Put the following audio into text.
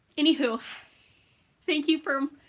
anywho thank you for